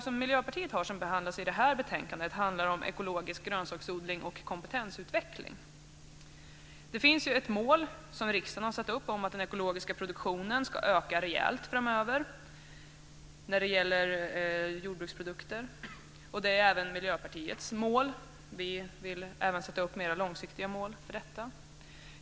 Miljöpartiets förslag som behandlas i det här betänkandet handlar om ekologisk grönsaksodling och kompetensutveckling. Det finns ju ett mål som riksdagen har satt upp om att den ekologiska produktionen av jordbruksprodukter ska öka rejält framöver. Det är även Miljöpartiets mål. Vi vill även sätta upp mer långsiktiga mål för detta.